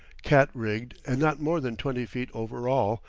catrigged and not more than twenty-feet over all,